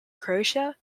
croatia